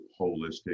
holistic